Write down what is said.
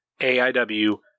AIW